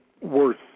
worth